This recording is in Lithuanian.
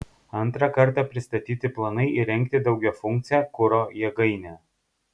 antrą kartą pristatyti planai įrengti daugiafunkcę kuro jėgainę